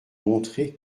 montrer